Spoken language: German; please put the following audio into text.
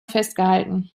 festgehalten